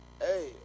Hey